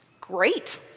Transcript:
Great